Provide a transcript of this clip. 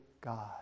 God